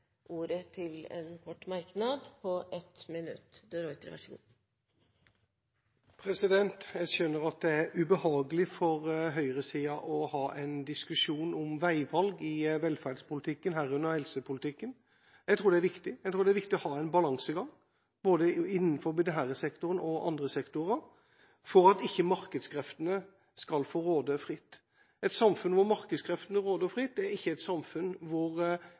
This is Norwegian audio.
ordet to ganger og får ordet til en kort merknad, begrenset til 1 minutt. Jeg skjønner at det er ubehagelig for høyresida å ha en diskusjon om veivalg i velferdspolitikken, herunder helsepolitikken. Jeg tror det er viktig å ha en balansegang både innenfor denne sektoren og i andre sektorer for at ikke markedskreftene skal få råde fritt. Et samfunn hvor markedskreftene råder fritt, er ikke et samfunn hvor